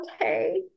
okay